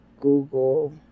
Google